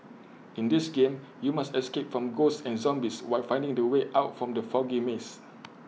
in this game you must escape from ghosts and zombies while finding the way out from the foggy maze